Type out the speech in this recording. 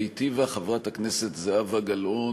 שהיטיבה חברת הכנסת זהבה גלאון,